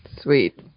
Sweet